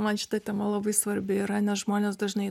man šita tema labai svarbi yra nes žmonės dažnai